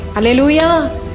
Hallelujah